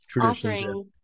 offering